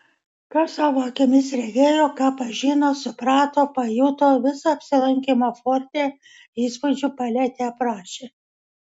ką savo akimis regėjo ką pažino suprato pajuto visą apsilankymo forte įspūdžių paletę aprašė